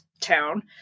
town